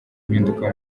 impinduka